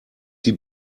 die